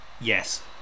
yes